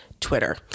Twitter